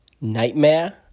Nightmare